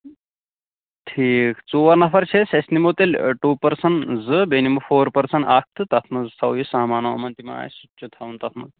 ٹھیٖک ژور نَفر چھِ أسۍ أسۍ نِمو تیٚلہِ ٹوٗ پٔرسَن زٕ بیٚیہِ نِمَو فور پٔرسَن اکھ تہٕ تَتھ منٛز تھاوَو یہِ سامان وامان تہِ ما آسہِ چھُ تھاوُن تَتھ منٛز